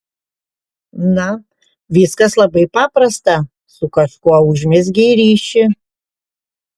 na viskas labai paprasta su kažkuo užmezgei ryšį